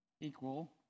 equal